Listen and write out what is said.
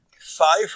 Five